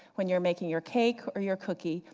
when you're making your cake or your cookie,